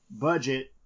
budget